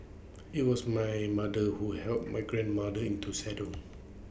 IT was my mother who help my grandmother into saddle